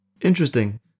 Interesting